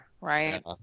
right